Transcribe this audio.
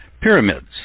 pyramids